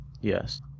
Yes